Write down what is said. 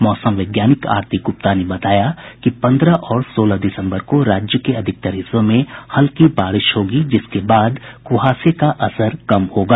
मौसम वैज्ञानिक आरती गुप्ता ने बताया कि पन्द्रह और सोलह दिसम्बर को राज्य के अधिकतर हिस्सों में हल्की बारिश होगी जिसके बाद कुहासे का असर कम होगा